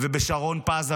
ובשרון פז,